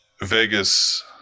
Vegas